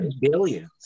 billions